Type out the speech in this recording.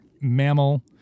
mammal